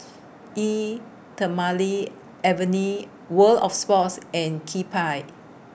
Eau Thermale Avene World of Sports and Kewpie